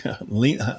lean